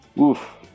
Oof